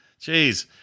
Jeez